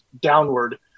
downward